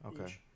Okay